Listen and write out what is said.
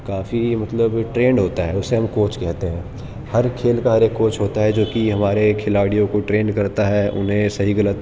کافی مطلب ٹرینڈ ہوتا ہے اسے ہم کوچ کہتے ہیں ہر کھیل کا ایک کوچ ہوتا ہے جو کہ ہمارے کھلاڑیوں کو ٹرینڈ کرتا ہے انہیں صحیح غلط